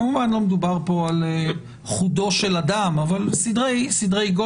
כמובן לא מדובר פה על חודו של אדם, אבל סדרי גודל.